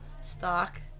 Stock